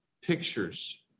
pictures